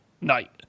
night